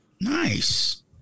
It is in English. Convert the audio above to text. Nice